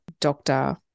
doctor